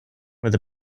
with